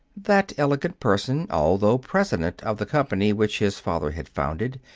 that elegant person, although president of the company which his father had founded,